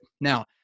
Now